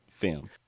film